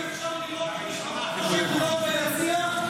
אי-אפשר לראות את המשפחות השכולות ביציע?